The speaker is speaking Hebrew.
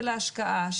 ההשקעה,